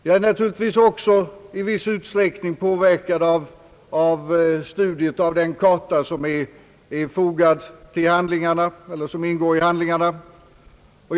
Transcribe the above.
Jag är naturligtvis också i viss utsträckning påverkad av studiet av den karta som ingår i handlingarna.